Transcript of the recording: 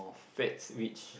fats which